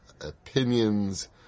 opinions